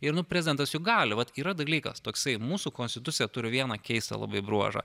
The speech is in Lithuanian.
ir nu prezidentas juk gali vat yra dalykas toksai mūsų konstitucija turi vieną keistą labai bruožą